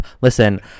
listen